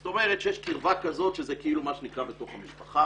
זאת אומרת שיש קרבה כזאת שזה כאילו מה שנקרא בתוך המשפחה.